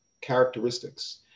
characteristics